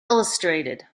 illustrated